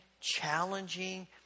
challenging